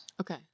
Okay